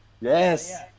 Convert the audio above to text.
yes